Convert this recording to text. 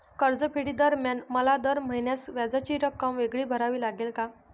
कर्जफेडीदरम्यान मला दर महिन्यास व्याजाची रक्कम वेगळी भरावी लागेल का?